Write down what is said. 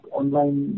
online